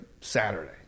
Saturday